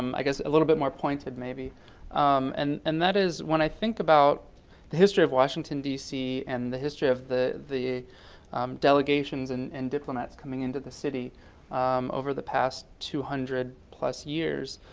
um i guess, a little bit more pointed maybe um and and that is when i think about the history of washington d c. and the history of the the delegations and and diplomats coming into the city over the past two hundred plus years,